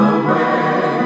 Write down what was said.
away